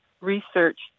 research